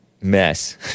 mess